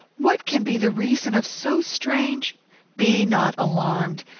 what can be the reason of so strange be not alarmed.